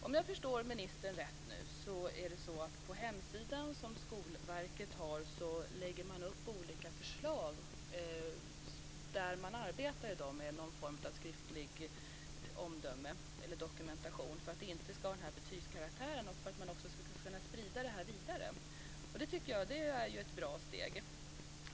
Om jag förstår ministern rätt nu är det så att på hemsidan som Skolverket har lägger man upp olika förslag där man arbetar i dag med någon form av skriftligt omdöme eller dokumentation för att det inte ska ha betygskaraktär och för att man också ska kunna sprida det här vidare. Jag tycker att det är ett bra steg.